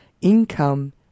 income